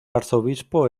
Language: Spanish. arzobispo